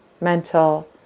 mental